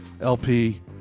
LP